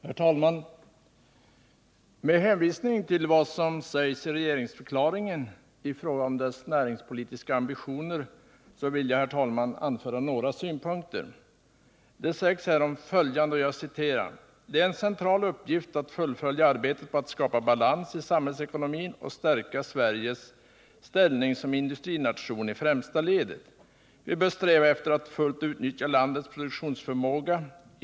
Herr talman! Med hänvisning till vad som sägs i regeringsförklaringen i fråga om dess näringspolitiska ambition vill jag anföra några synpunkter. Det sägs följande: ”Det är en central uppgift att fullfölja arbetet på att skapa balans i samhällsekonomin och stärka Sveriges ställning som industrination i främsta ledet. Vi bör sträva efter att fullt utnyttja landets produktionsförmåga.